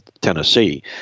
Tennessee